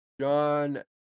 John